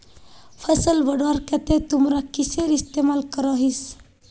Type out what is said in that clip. फसल बढ़वार केते तुमरा किसेर इस्तेमाल करोहिस?